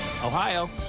Ohio